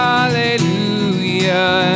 Hallelujah